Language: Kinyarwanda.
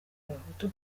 abahutu